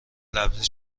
لبریز